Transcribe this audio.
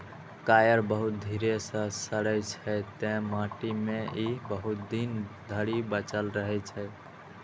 coir बहुत धीरे सं सड़ै छै, तें माटि मे ई बहुत दिन धरि बचल रहै छै